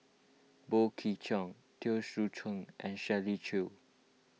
Boey Kim Cheng Teo Soon Chuan and Shirley Chew